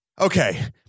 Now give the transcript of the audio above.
Okay